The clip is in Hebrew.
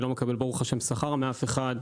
ברוך השם אני לא מקבל שכר מאף אחד,